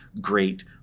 great